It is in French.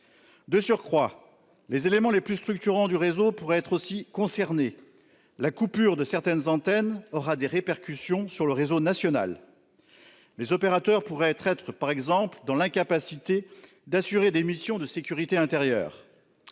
De surcroît les éléments les plus structurants du réseau pour être aussi concernés. La coupure de certaines antennes aura des répercussions sur le réseau national. Les opérateurs pourraient être être par exemple dans l'incapacité d'assurer des missions de sécurité intérieure.